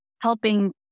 helping